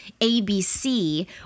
ABC